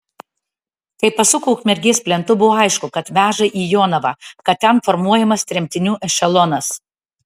kai pasuko ukmergės plentu buvo aišku kad veža į jonavą kad ten formuojamas tremtinių ešelonas